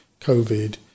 Covid